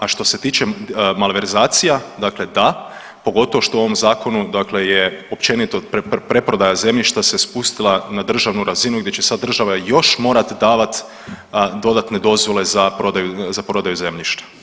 A što se tiče malverzacija, dakle da pogotovo što u ovom zakonu dakle je općenito preprodaja zemljišta se spustila na državnu razinu, gdje će sad država još morati davati dodatne dozvole za prodaju zemljišta.